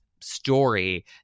story